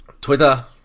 Twitter